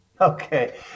Okay